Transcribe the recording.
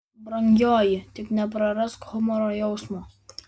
brangioji tik neprarask humoro jausmo